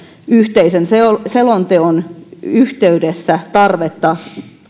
yhteisen selonteon yhteydessä tarvetta